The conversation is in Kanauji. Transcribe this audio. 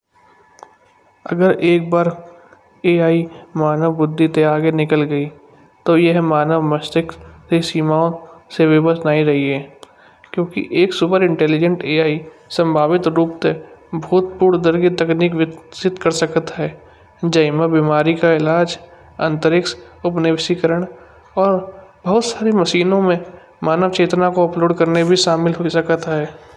अगर एक बार एआई मानव बुद्धि ते आगे निकल गई। तो यह मानव की मस्तिष्क सीमा से बिबश नहीं रही है क्योंकि एक सुपर इंटेलिजेंट एआई संभावित रूप से भूतपूर्व दर्गी तकनीक विकसित कर सकत है। जइमा बीमारी का इलाज अंतरिक्ष उपनिवेशीकरण और बहुत सारी मशीनों में मानव चेतना को अपलोड करने भी शामिल ही सकत है।